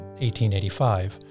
1885